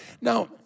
now